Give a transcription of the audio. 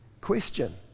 question